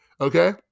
Okay